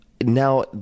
now